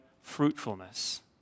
fruitfulness